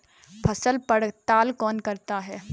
फसल पड़ताल कौन करता है?